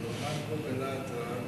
והוא עמד פה ובלהט רב